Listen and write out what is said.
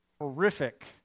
horrific